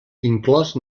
inclòs